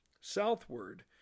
Southward